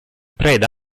preda